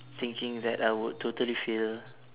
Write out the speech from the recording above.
thinking that I would totally fail